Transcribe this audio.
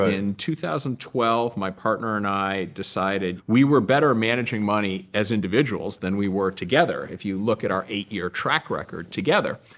in two thousand and twelve, my partner and i decided, we were better managing money as individuals than we were together if you look at our eight year track record together.